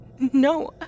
No